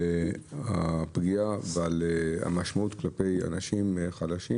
על הפגיעה ועל המשמעות כלפי אנשים חלשים,